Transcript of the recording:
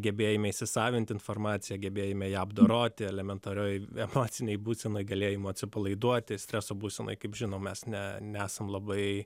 gebėjimą įsisavinti informaciją gebėjime ją apdoroti elementarioje vegetacinėje būsenoje galėjimo atsipalaiduoti streso būsenoje kaip žinome mes nesam labai